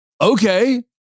Okay